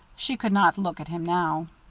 she could not look at him now.